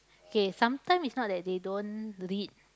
K some time it's not that they don't read